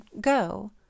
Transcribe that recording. go